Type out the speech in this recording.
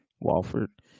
Walford